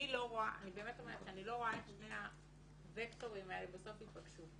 אני לא רואה איך שני הווקטורים האלה בסוף יפגשו.